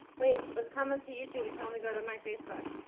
wait, let's comment to youtube and tell them to go to my facebook.